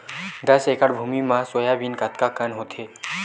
दस एकड़ भुमि म सोयाबीन कतका कन होथे?